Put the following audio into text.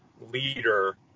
leader